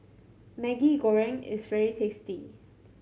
Maggi Goreng is very tasty